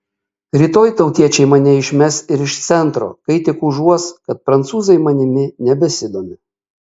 rytoj tautiečiai mane išmes ir iš centro kai tik užuos kad prancūzai manimi nebesidomi